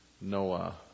Noah